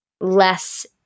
less